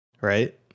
Right